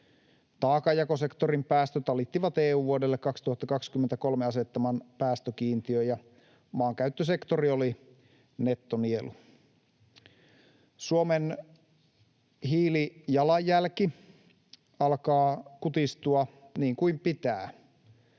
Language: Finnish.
Taakanjakosektorin päästöt alittivat EU:n vuodelle 2023 asettaman päästökiintiön, ja maankäyttösektori oli nettonielu. Suomen hiilijalanjälki alkaa kutistua, niin kuin pitää,